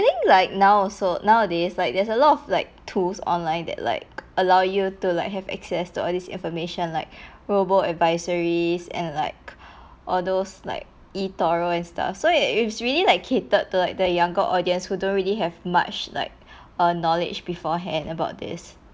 think like now also nowadays like there's a lot of like tools online that like allow you to like have access to all this information like global advisories and like all those like and stuff so it's really like catered to like the younger audience who don't really have much like on knowledge beforehand about this